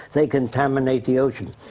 they contaminate the ocean.